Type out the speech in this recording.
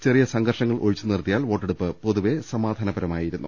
ചെറിയ സംഘർഷങ്ങൾ ഒഴിച്ചുനിർത്തി യാൽ വോട്ടെടുപ്പ് പൊതുവെ സമാധാനപരമായിരുന്നു